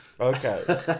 Okay